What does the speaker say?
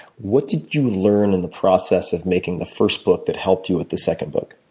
what did you learn in the process of making the first book that helped you with the second book?